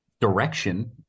direction